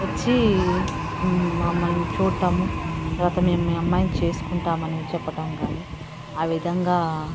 వచ్చి మమ్మల్ని చూడటం తర్వాత మేం మీ అమ్మాయిని చేసుకుంటామని చెప్పటం కాని ఆ విధంగా